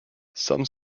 some